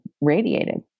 radiated